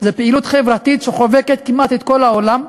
זו פעילות חברתית שחובקת כמעט את כל העולם.